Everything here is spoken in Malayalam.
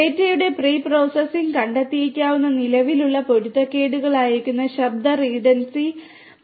ഡാറ്റയുടെ പ്രീ പ്രോസസ്സിംഗ് കണ്ടെത്തിയേക്കാവുന്ന നിലവിലുള്ള പൊരുത്തക്കേടുകളായേക്കാവുന്ന ശബ്ദ റിഡൻഡൻസി നീക്കം ചെയ്യുന്ന ഡാറ്റ ശേഖരിക്കുന്നു